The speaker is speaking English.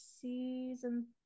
season